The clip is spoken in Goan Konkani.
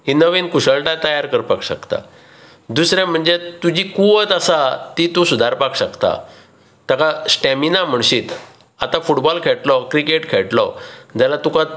ही नवीन कुशळटाय तयार करपाक शकता दुसरे म्हणजे तुजी कुवत आसा ती तूं सुदारपाक शकता ताका स्टॅमीना म्हणशीत आतां फुटबॅाल खेळटलो क्रिकेट खेळटलो जाल्यार तुका